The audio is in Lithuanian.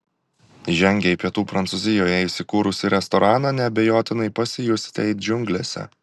įžengę į pietų prancūzijoje įsikūrusį restoraną neabejotinai pasijusite it džiunglėse